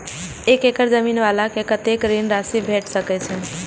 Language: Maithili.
एक एकड़ जमीन वाला के कतेक ऋण राशि भेट सकै छै?